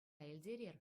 илтерер